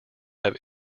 have